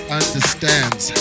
understands